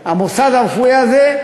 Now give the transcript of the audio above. שהמוסד הרפואי הזה,